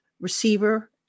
receiver